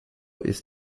ist